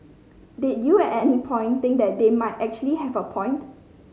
did you at any point think that they might actually have a point